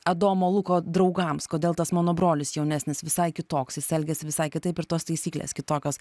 adomo luko draugams kodėl tas mano brolis jaunesnis visai kitoks jis elgiasi visai kitaip ir tos taisyklės kitokios